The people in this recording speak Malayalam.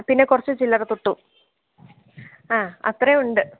പിന്നെ കുറച്ചു ചില്ലറ തുട്ടും ആ അത്രയും ഉണ്ട്